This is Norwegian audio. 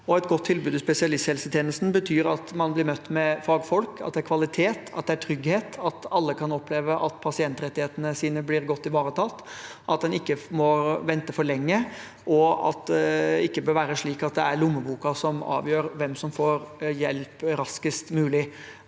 Et godt tilbud i spesialisthelsetjenesten betyr at man blir møtt med fagfolk, at det er kvalitet, at det er trygghet, at alle kan oppleve at pasientrettighetene deres blir godt ivaretatt, at man ikke må vente for lenge, og at det ikke bør være slik at det er lommeboken som avgjør hvem som får hjelp raskest mulig.